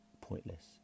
pointless